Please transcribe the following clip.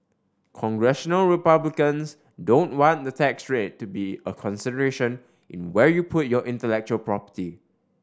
Congressional Republicans don't want the tax rate to be a consideration in where you put your intellectual property